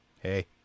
Hey